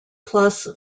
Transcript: plus